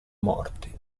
morti